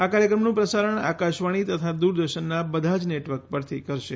આ કાર્યક્રમનું પ્રસારણ આકાશવાણી તથા દૂરદર્શનના બધા જ નેટવર્ક પરથી કરશે